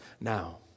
now